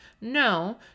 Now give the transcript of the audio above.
No